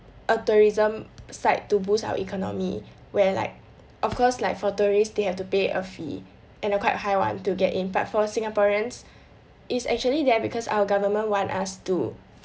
a tourism site to boost our economy where like of course like for tourists they have to pay a fee and a quite a high one to get in but for singaporeans is actually there because our government wants us to